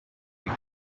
week